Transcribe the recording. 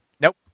Nope